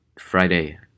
Friday